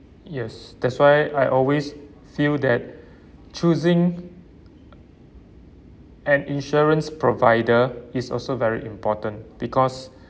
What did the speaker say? yes that's why I always feel that choosing an insurance provider is also very important because